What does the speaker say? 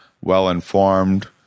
well-informed